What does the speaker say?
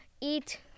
eat